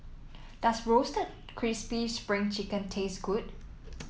does Roasted Crispy Spring Chicken taste good